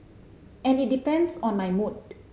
and it depends on my mood